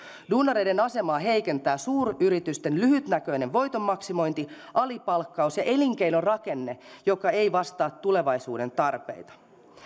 duunareiden asemaa heikentävät suuryritysten lyhytnäköinen voiton maksimointi alipalkkaus ja elinkeinorakenne joka ei vastaa tulevaisuuden tarpeita